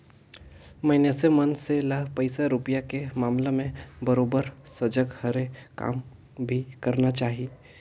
मइनसे मन से ल पइसा रूपिया के मामला में बरोबर सजग हरे काम भी करना चाही